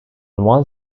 one